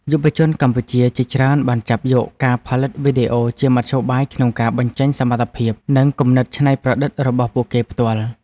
យុវជនកម្ពុជាជាច្រើនបានចាប់យកការផលិតវីដេអូជាមធ្យោបាយក្នុងការបញ្ចេញសមត្ថភាព និងគំនិតច្នៃប្រឌិតរបស់ពួកគេផ្ទាល់។